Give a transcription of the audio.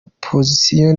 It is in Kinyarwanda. opozisiyo